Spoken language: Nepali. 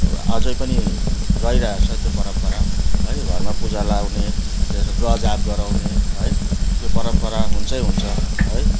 आझै पनि रहिरहेको छ त्यो परम्परा है घरमा पुजा लाउने अन्त यसो ग्रह जाप गराउने है त्यो परम्परा हुन्छै हुन्छ है